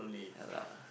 ya lah